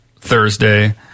Thursday